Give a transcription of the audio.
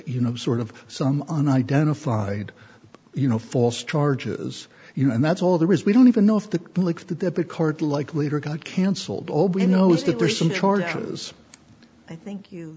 you know sort of some and identified you know false charges you know and that's all there is we don't even know if the public that the card like leader got cancelled all we know is that there are some charges i think